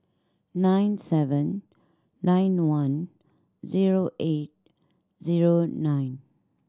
nine seven nine one zero eight zero nine